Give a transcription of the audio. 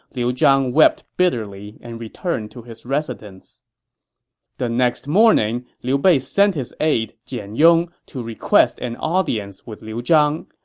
liu zhang wept bitterly and returned to his residence the next morning, liu bei sent his aide jian yong to request an audience with liu zhang.